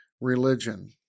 religion